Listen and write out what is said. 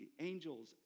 angels